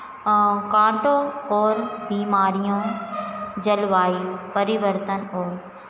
और काँटों और बीमारियों जलवायु परिवर्तन और